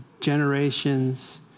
generations